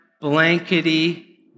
blankety